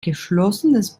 geschlossenes